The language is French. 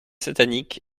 satanique